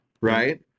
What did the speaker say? right